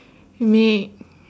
make